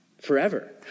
forever